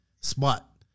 spot